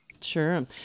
Sure